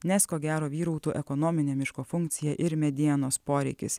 nes ko gero vyrautų ekonominė miško funkcija ir medienos poreikis